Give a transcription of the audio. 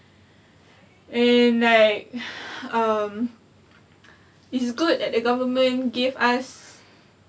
and like um it's good at the government give us